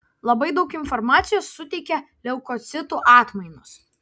labai daug informacijos suteikia leukocitų atmainos